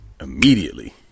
Immediately